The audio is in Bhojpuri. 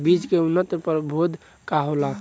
बीज के उन्नत प्रभेद का होला?